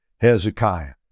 Hezekiah